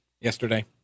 yesterday